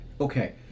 Okay